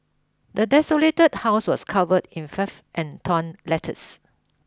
the desolated house was covered in filth and torn letters